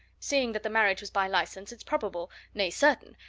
seeing that the marriage was by licence, it's probable, nay, certain,